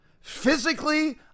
physically